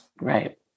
Right